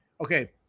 okay